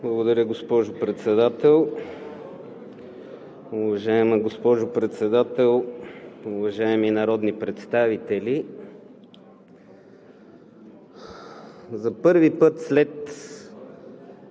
Благодаря, госпожо Председател. Уважаема госпожо Председател, уважаеми народни представители! За първи път след